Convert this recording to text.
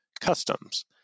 customs